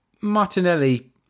Martinelli